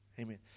Amen